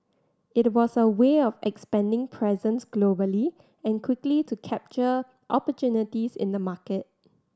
it was a way of expanding presence globally and quickly to capture opportunities in the market